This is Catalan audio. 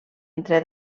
entre